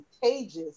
contagious